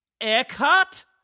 Eckhart